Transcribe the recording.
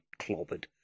clobbered